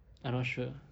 I'm not sure